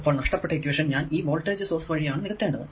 അപ്പോൾ നഷ്ടപ്പെട്ട ഇക്വേഷൻ ഞാൻ ഈ വോൾടേജ് സോഴ്സ് വഴി ആണ് നികത്തേണ്ടത്